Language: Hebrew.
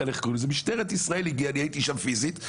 משטרת ישראל הגיעה, אני הייתי שם פיזית.